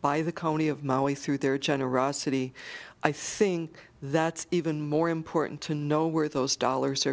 by the county of maui through their generosity i think that's even more important to know where those dollars are